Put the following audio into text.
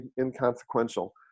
inconsequential